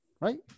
right